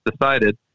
decided